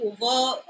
over